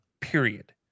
period